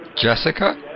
Jessica